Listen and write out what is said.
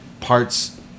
parts